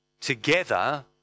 together